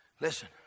listen